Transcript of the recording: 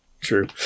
True